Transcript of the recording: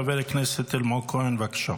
חבר הכנסת אלמוג כהן, בבקשה.